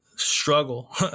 struggle